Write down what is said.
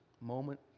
moment